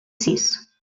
sis